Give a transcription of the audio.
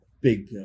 big